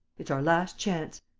it's our last chance.